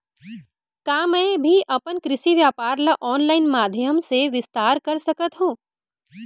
का मैं भी अपन कृषि व्यापार ल ऑनलाइन माधयम से विस्तार कर सकत हो?